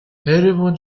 everyone